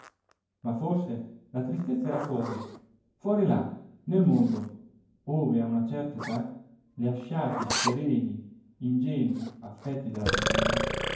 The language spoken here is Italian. ma forse la tristezza era fuori fuori là nel mondo ove a una certa età lasciati i sereni ingenui affetti della famiglia